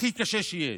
הכי קשה שיש: